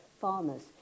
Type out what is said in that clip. farmers